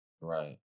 Right